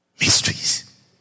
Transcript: Mysteries